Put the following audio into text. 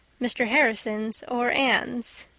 mr. harrison's or anne's.